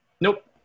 Nope